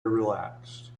relaxed